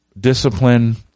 discipline